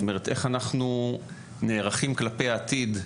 זאת אומרת איך אנחנו נערכים כלפי העתיד,